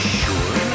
sure